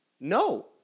No